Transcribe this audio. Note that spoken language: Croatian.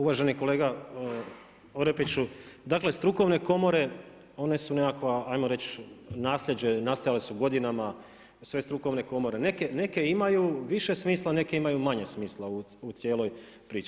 Uvaženi kolega Orepiću, dakle strukovne komore, one su nekakva, ajmo reći nasljeđe, nastajale su godinama, sve strukovne komore, neke imaju više smisla, neke imaju manje smisla u cijeloj priči.